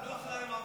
אנחנו לא אחראים על,